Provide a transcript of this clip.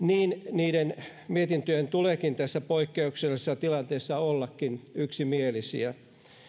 niiden mietintöjen tuleekin tässä poikkeuksellisessa tilanteessa olla yksimielisiä